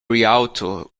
realtor